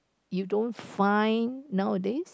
you don't find nowadays